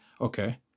okay